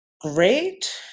great